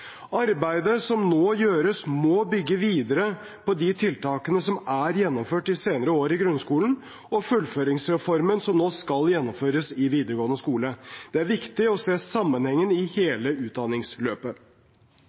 Arbeidet som nå gjøres, må bygge videre på de tiltakene som er gjennomført de senere år i grunnskolen, og fullføringsreformen som nå skal gjennomføres i videregående skole. Det er viktig å se sammenhengen i